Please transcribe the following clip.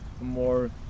more